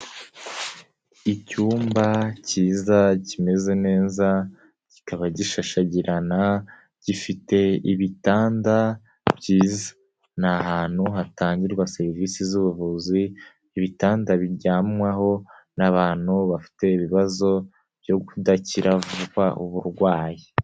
Icyumba kiza kimeze neza kikaba gishashagirana gifite ibitanda byiza, ni ahantu hatangirwa serivisi z'ubuvuzi ibitanda biryamwaho n'abantu bafite ibibazo byo kudakira vuba uburwayi.